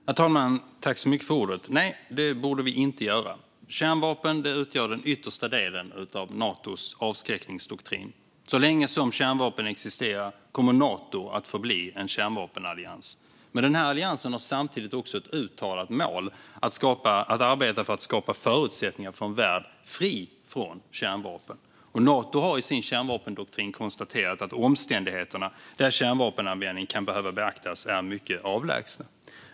Herr talman! Nej, det borde vi inte göra. Kärnvapen utgör den yttersta delen av Natos avskräckningsdoktrin. Så länge kärnvapen existerar kommer Nato att förbli en kärnvapenallians. Men denna allians har samtidigt även ett uttalat mål att arbeta för att skapa förutsättningar för en värld fri från kärnvapen. Nato har också i sin kärnvapendoktrin konstaterat att omständigheterna där kärnvapenanvändning kan behöva beaktas är mycket avlägsna.